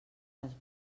les